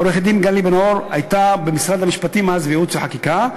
עורכת-דין גלי בן-אור הייתה במשרד המשפטים אז במחלקת ייעוץ וחקיקה,